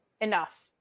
enough